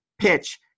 PITCH